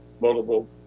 multiple